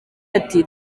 ati